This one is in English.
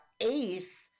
eighth